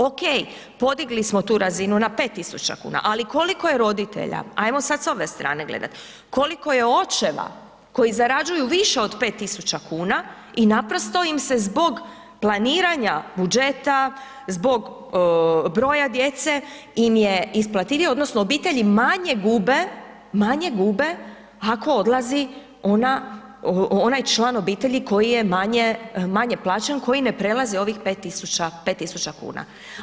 Ok, podigli smo tu razinu na 5.000,00 kuna, ali koliko je roditelja, ajmo sad s ove strane gledati, koliko je očeva koji zarađuju više od 5.000,00 kuna i naprosto im se zbog planiranja budžeta, zbog broja djece im je isplativije odnosno obitelji manje gube, manje gube ako odlazi ona, onaj član obitelji koji je manje, manje plaćen, koji ne prelazi ovih 5.000,00 kuna.